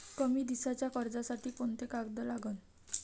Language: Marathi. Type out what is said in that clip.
कमी दिसाच्या कर्जासाठी कोंते कागद लागन?